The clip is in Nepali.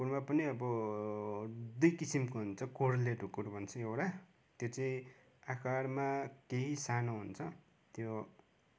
ढुकुरमा पनि अब दुई किसिमको हुन्छ कोर्ले ढुकुर भन्छ एउटा त्यो चाहिँ आकारमा केही सानो हुन्छ त्यो